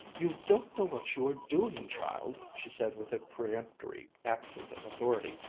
you don't know what you are doing, child, she said with a peremptory accent of authority.